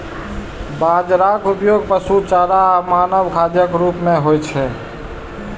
बाजराक उपयोग पशु चारा आ मानव खाद्यक रूप मे होइ छै